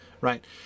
right